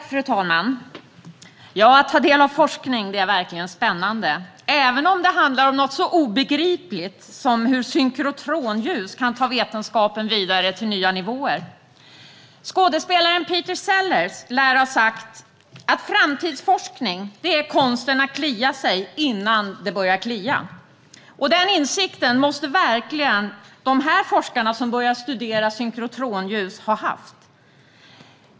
Fru talman! Att ta del av forskning är verkligen spännande även om det handlar om något så obegripligt som hur synkrotronljus kan ta vetenskapen vidare till nya nivåer. Skådespelaren Peter Sellers lär ha sagt att framtidsforskning är konsten att klia sig innan det börjar klia, och den insikten måste verkligen de forskare som började studera synkrotronljus ha haft.